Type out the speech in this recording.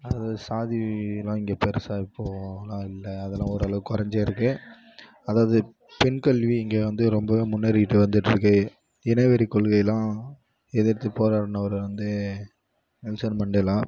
அது சாதிலாம் இங்கே பெருசாக இப்போது அவ்வளோவா இல்லை அதெல்லாம் ஓரளவு கொறைஞ்சிருக்கு அதாவது பெண் கல்வி இங்கே வந்து ரொம்பவே முன்னேறிக்கிட்டு வந்துட்டிருக்கு இனவெறி கொள்கையெல்லாம் எதிர்த்து போராடுனவர் வந்து நெல்சன் மண்டேலா